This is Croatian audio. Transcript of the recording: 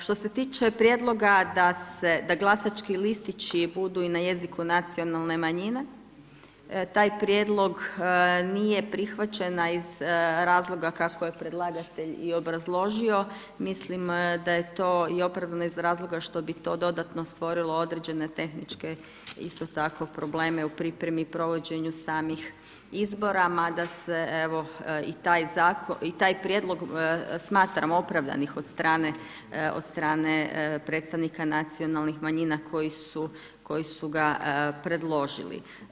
Što se tiče prijedloga da glasački listići budu i na jeziku nacionalne manjine, taj prijedlog nije prihvaćena iz razloga kako je predlagatelj i obrazložio, mislim da je to i opravdano iz razloga što bi to dodatno stvorilo određene tehničke isto tako probleme u pripremi i provođenju samih izbora mada se evo i taj prijedlog smatram opravdanih od strane predstavnika nacionalnih manjina koji su ga predložili.